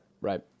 right